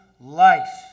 life